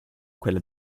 quella